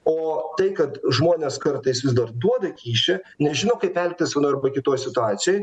o tai kad žmonės kartais vis dar duoda kyšį nežinau kaip elgtis vienoj ar kitoj situacijoj